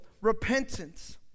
Repentance